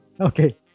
Okay